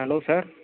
hello sir